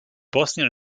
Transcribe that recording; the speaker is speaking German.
bosnien